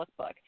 lookbook